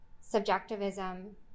subjectivism